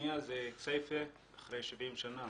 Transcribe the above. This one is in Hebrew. כסייפה, אחרי 70 שנים